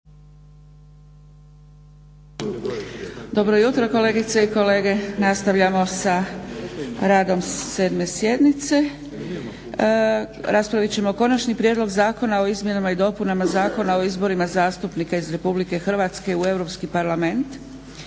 Dobro jutro kolegice i kolege! Nastavljamo sa radom 7. sjednice. Raspravit ćemo - Konačni prijedlog zakona o izmjenama i dopunama Zakona o izborima zastupnika iz Republike Hrvatske u Europski parlament,